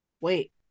wait